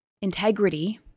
integrity